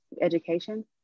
education